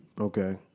Okay